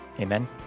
Amen